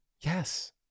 Yes